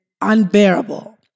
unbearable